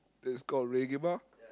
it's called Reggae-Bar